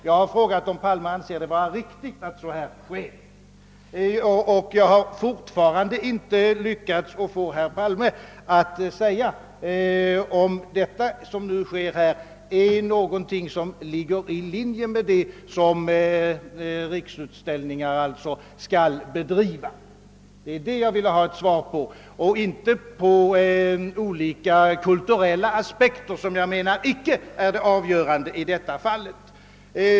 Jag har frågat om herr Palme anser det riktigt att förfara som nu sker, men jag har ännu inte lyckats få något svar från herr Palme huruvida det som äger rum ligger i linje med den verksamhet som Riksutställningar skall bedriva. Det är den saken jag vill ha svar på; jag har inte efterlyst några kulturella aspekter. Det anser jag inte vara avgörande i detta fall.